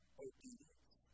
obedience